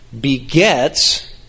begets